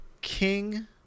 king